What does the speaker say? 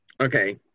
Okay